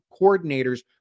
coordinators